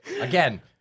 Again